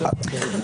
צא בבקשה.